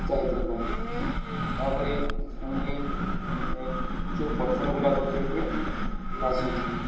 ଉତ୍ସାହିତ ହେଲା ତା'ପରେ ଶୁଣିଲି ଯେ ପଥର ଗୁଡ଼ାକ ସେଇଠି ଭାସୁଛି